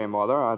Mother